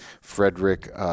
Frederick